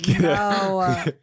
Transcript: no